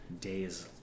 days